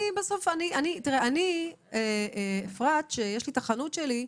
אבל אני, תראה, אני, אפרת שיש לי את החנות שלי,